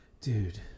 Dude